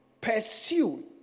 pursue